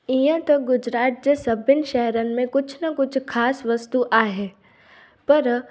ईअं त गुजरात जे सभिनि शहरनि में कुझु न कुझु ख़ासि वस्तू आहे पर